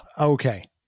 okay